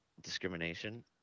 discrimination